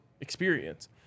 experience